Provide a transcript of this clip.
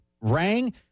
rang